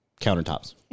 countertops